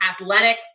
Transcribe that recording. athletic